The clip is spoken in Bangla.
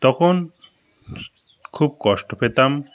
তখন খুব কষ্ট পেতাম